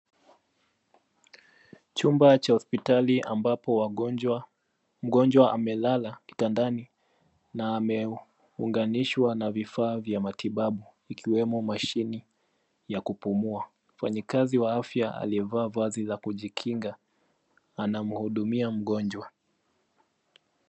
Chumba cha hospitali ambapo wagonjwa mgonjwa amelala kitandani na ameunganishwa na vifaa vya matibabu ikiwemo mashini ya kupumua. Mfanyikazi wa afya aliyevaa vazi za kujikinga anamhudumia mgonjwa.